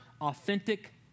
authentic